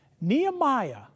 Nehemiah